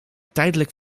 tijdelijk